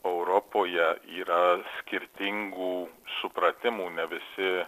europoje yra skirtingų supratimų ne visi